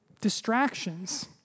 distractions